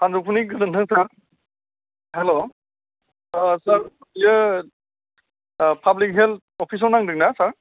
सानजौफुनि गोजोन्थों sir hello sir बेयो पाब्लिक हेल्ट अफिस आव नांदों ना सार